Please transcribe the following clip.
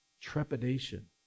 trepidation